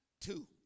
Two